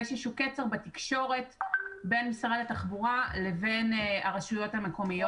ויש איזשהו קצר בתקשורת בין משרד התחבורה לבין הרשויות המקומיות.